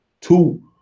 Two